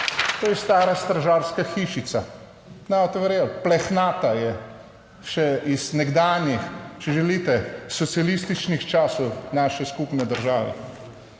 to je stara stražarska hišica, ne boste verjel, plehnata je še iz nekdanjih, če želite, socialističnih časov naše skupne države.